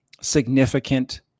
significant